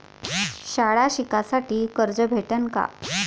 शाळा शिकासाठी कर्ज भेटन का?